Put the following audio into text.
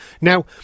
Now